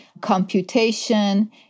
computation